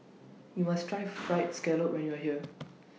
YOU must Try Fried Scallop when YOU Are here